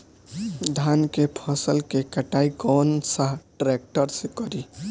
धान के फसल के कटाई कौन सा ट्रैक्टर से करी?